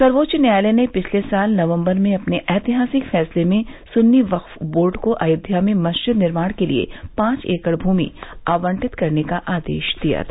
सर्वोच्च न्यायालय ने पिछले साल नवम्बर में अपने ऐतिहासिक फैसले में सुन्नी वक्फ बोर्ड को अयोध्या में मस्जिद निर्माण के लिए पांच एकड़ भूमि आवंटित करने का आदेश दिया था